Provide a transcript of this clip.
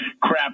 crap